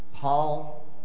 Paul